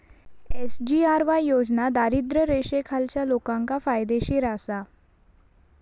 SGRY योजना दारिद्र्य रेषेखालच्या लोकांका फायदेशीर आसा